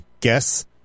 guess